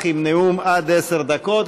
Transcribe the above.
עם נאום של עד עשר דקות,